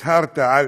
הצהרת על